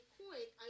point